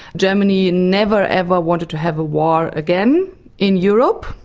germany never ever wanted to have a war again in europe,